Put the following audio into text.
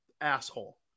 asshole